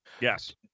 Yes